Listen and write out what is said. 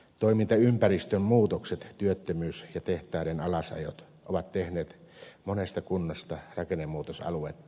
toimintaympäristön muutokset työttömyys ja tehtaiden alasajot ovat tehneet monesta kunnasta rakennemuutosaluetta